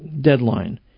deadline